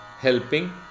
Helping